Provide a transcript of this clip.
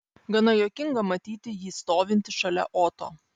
gana juokinga matyti jį stovintį šalia oto